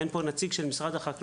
אבל אין פה נציג של משרד החקלאות.